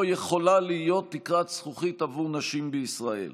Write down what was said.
יכולה להיות תקרת זכוכית עבור נשים בישראל,